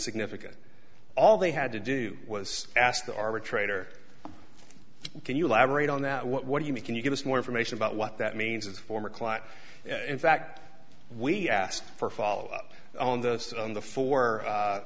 insignificant all they had to do was ask the arbitrator can you elaborate on that what do you mean can you give us more information about what that means is former client in fact we asked for follow up on those on the four